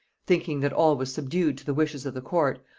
thinking that all was subdued to the wishes of the court,